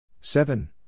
seven